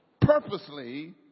Purposely